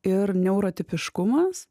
ir neurotipiškumas